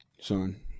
son